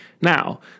Now